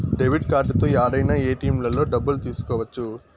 debit కార్డుతో యాడైనా ఏటిఎంలలో డబ్బులు తీసుకోవచ్చు